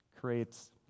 creates